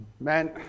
Man